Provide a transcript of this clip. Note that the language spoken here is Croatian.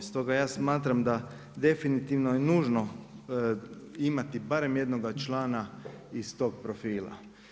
Stoga ja smatram da je definitivno nužno imati barem jednoga člana iz tog profila.